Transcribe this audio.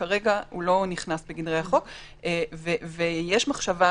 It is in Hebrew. כרגע הוא לא נכנס בגדרי החוק ויש מחשבה